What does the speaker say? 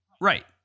Right